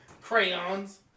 Crayons